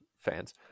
fans